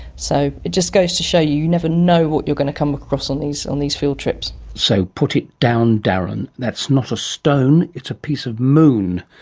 so it just goes to show, you never know what you're going to come across on these on these field trips. so put it down, darren, that's not a stone, it's a piece of moon.